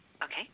Okay